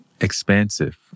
expansive